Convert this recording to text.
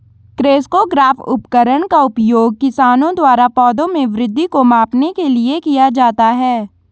crescograph उपकरण का उपयोग किसानों द्वारा पौधों में वृद्धि को मापने के लिए किया जाता है